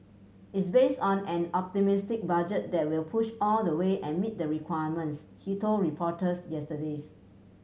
is based on an optimistic budget that will push all the way and meet the requirements he told reporters yesterdays